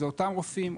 זה אותם רופאים,